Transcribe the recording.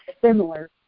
similar